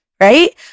right